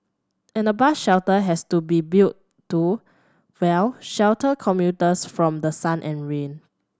and a bus shelter has to be built to well shelter commuters from the sun and rain